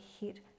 hit